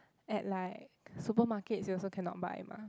at like supermarkets you also cannot buy mah